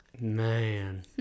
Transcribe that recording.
man